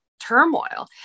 turmoil